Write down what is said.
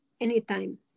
anytime